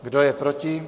Kdo je proti?